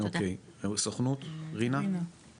אוקי, הסוכנות, רינה.